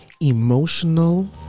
emotional